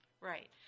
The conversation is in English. Right